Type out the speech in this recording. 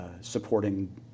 supporting